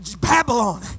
Babylon